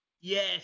Yes